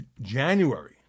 January